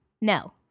No